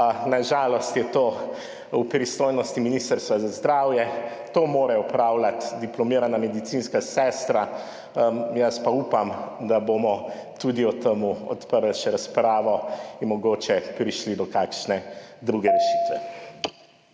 Na žalost je to v pristojnosti Ministrstva za zdravje, to mora opravljati diplomirana medicinska sestra, jaz pa upam, da bomo tudi o tem odprli še razpravo in mogoče prišli do kakšne druge rešitve.